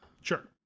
Sure